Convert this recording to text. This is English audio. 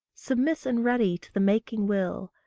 submiss and ready to the making will,